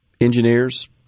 engineers